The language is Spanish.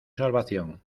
salvación